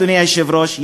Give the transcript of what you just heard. אדוני היושב-ראש,